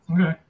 Okay